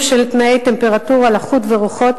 ישירה או מוחזרת,